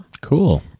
Cool